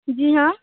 جی ہاں